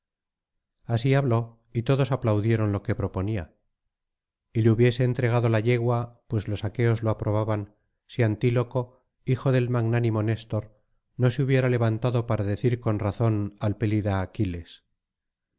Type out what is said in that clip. así habló y todos aplaudieron lo que proponía y le hubiese entregado la yegua pues los aqueos lo aprobaban si antíloco hijo del magnánimo néstor no se hubiera levantado para decir con razón al pelida aquiles